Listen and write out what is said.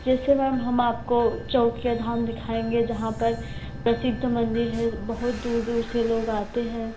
जैसे मैम हम आपको चौकिया धाम दिखाएँगे जहाँ पर प्रसिद्ध मंदिर है बहुत दूर दूर से लोग आते हैं